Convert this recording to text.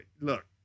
look